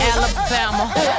Alabama